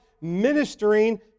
ministering